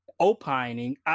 opining